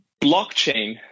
blockchain